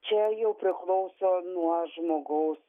čia jau priklauso nuo žmogaus